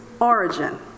origin